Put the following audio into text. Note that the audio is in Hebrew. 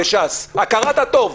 בש"ס הכרת הטוב.